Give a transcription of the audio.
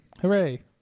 Hooray